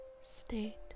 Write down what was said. state